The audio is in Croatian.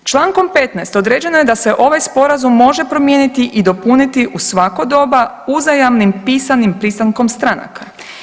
Člankom 15. određeno je da se ovaj Sporazum može promijeniti i dopuniti u svako doba uzajamnim pisanim pristankom stranaka.